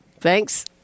Thanks